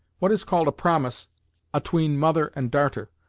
what is called a promise atween mother and darter,